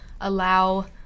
allow